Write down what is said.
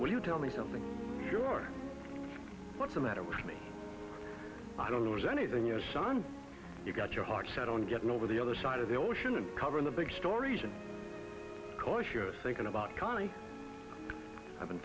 when you tell me something what's the matter with me i don't know anything your son you've got your heart set on getting over the other side of the ocean and covering the big stories of course you're thinking about carly i've been